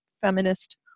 Feminist